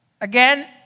Again